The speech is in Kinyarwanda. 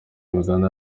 migabane